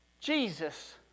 Jesus